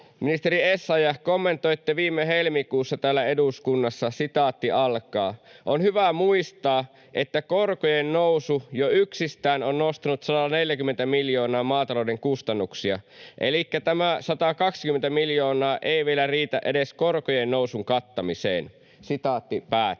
Ministeri Essayah, kommentoitte viime helmikuussa täällä eduskunnassa: ”On hyvä muistaa, että korkojen nousu jo yksistään on nostanut 140 miljoonaa maatalouden kustannuksia elikkä tämä 120 miljoonaa ei vielä riitä edes korkojen nousun kattamiseen.” Eli vaaditte